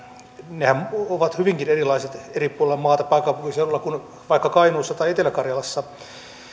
nehän ovat hyvinkin erilaiset eri puolilla maata pääkaupunkiseudulla kuin vaikka kainuussa tai etelä karjalassa